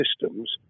systems